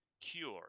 cure